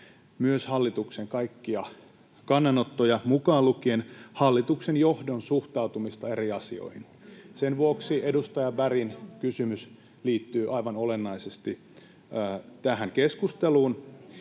myös hallituksen kaikkia kannanottoja mukaan lukien hallituksen johdon suhtautumista eri asioihin. Sen vuoksi edustaja Bergin kysymys liittyy aivan olennaisesti tähän keskusteluun,